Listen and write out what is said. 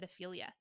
pedophilia